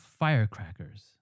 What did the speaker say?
firecrackers